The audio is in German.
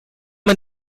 man